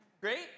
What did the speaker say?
Great